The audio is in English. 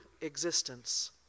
existence